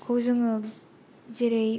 खौ जोङो जेरै